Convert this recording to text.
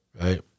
Right